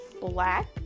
black